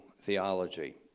theology